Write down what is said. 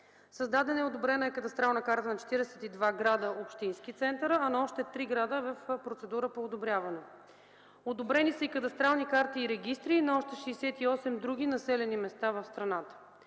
Създадена и одобрена е кадастрална карта на 42 града - общински центрове, а на още три града е в процедура по одобряване. Одобрени са кадастрални карти и регистри на още 68 други населени места в страната.